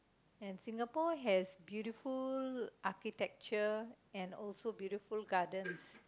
and Singapore has beautiful architecture and also beautiful garden